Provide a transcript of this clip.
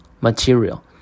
material